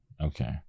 Okay